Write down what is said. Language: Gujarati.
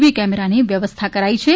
વી કેમેરાની વ્યથવસ્થા કરાઈ છે